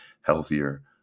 healthier